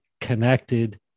connected